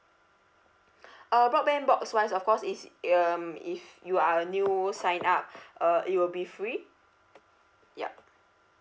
uh broadband box wise of course is y~ um if you are a new sign up uh it will be free yup